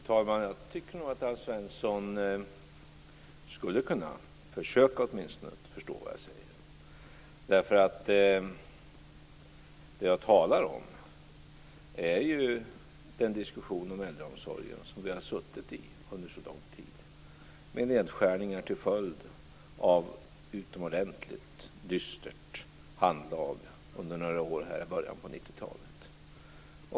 Fru talman! Jag tycker nog att Alf Svensson skulle kunna åtminstone försöka att förstå vad jag säger. Det jag talar om är den diskussion om äldreomsorgen som vi har suttit i under så lång tid, med nedskärningar till följd av utomordentligt dystert handlag under några år i början på 90-talet.